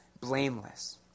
blameless